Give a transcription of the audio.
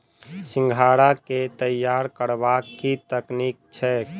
सिंघाड़ा केँ तैयार करबाक की तकनीक छैक?